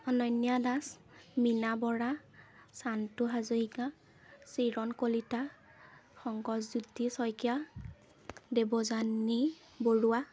Ananya Das Meena Bora Chantu Hazarika Chiran Kalita Shankarjyoti Saikia Devyani Barua